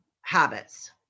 Habits